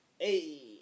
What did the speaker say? Hey